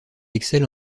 excelle